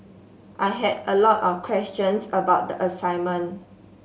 I had a lot of questions about the assignment